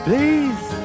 Please